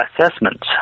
assessment